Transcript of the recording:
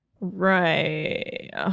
Right